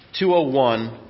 201